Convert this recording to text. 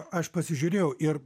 aš pasižiūrėjau ir